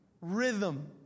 rhythm